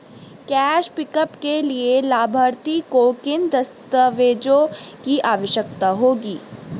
Cash pickup के लिए लाभार्थी को किन दस्तावेजों की आवश्यकता होगी?